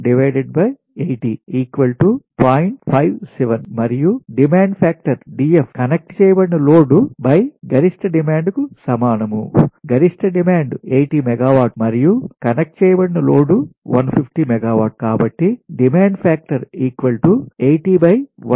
57 మరియు demand factor DF connect చేయబడిన load గరిష్ట డిమాండ్కు సమానం గరిష్ట డిమాండ్ 80 మెగావాట్లు మరియు కనెక్ట్ చేయబడిన లోడ్ 150 మెగావాట్లు కాబట్టి డిమాండ్ ఫాక్టర్ 80150 0